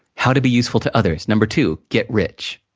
how to be useful to others, no. two, get rich.